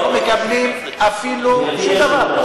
שלא מקבלים שום דבר?